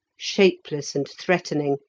shapeless and threatening,